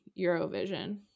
Eurovision